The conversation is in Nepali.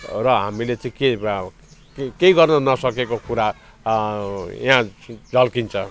र हामीले चाहिँ के केही गर्नु नसकेको कुरा यहाँ झल्किन्छ